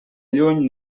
lluny